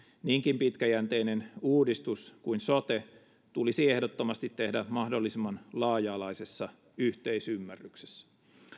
niinkin pitkäjänteinen uudistus kuin sote tulisi ehdottomasti tehdä mahdollisimman laaja alaisessa yhteisymmärryksessä